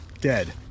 dead